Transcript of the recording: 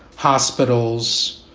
hospitals,